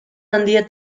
handia